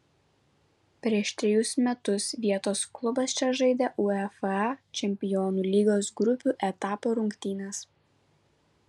prieš trejus metus vietos klubas čia žaidė uefa čempionų lygos grupių etapo rungtynes